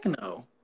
no